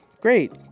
great